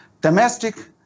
Domestic